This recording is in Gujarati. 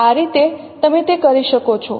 આ રીતે તમે તે કરી શકો છો